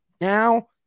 Now